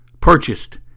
purchased